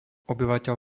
obyvateľ